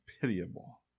pitiable